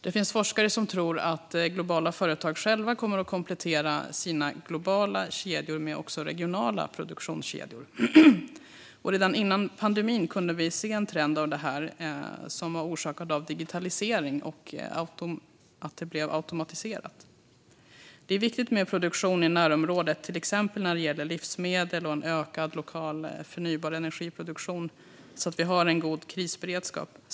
Det finns forskare som tror att globala företag själva kommer att komplettera sina globala kedjor med regionala produktionskedjor. Redan före pandemin kunde vi se en sådan trend, som var orsakad av digitalisering och automatisering. Det är viktigt med produktion i närområdet, till exempel när det gäller livsmedel och en ökad lokal förnybar energiproduktion, så att vi har en god krisberedskap.